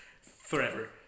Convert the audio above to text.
forever